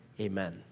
amen